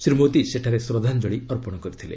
ଶ୍ରୀ ମୋଦୀ ସେଠାରେ ଶ୍ରଦ୍ଧାଞ୍ଜଳୀ ଅର୍ପଣ କରିଥିଲେ